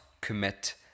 commit